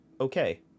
okay